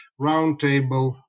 roundtable